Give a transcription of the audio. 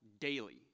daily